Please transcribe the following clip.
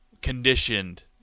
Conditioned